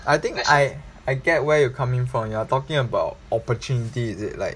I think I I get where you're coming from you are talking about opportunity is it like